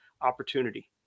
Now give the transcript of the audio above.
opportunity